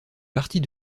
partie